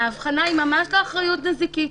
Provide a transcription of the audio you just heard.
ההבחנה היא ממש לא אחריות נזיקית,